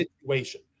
situation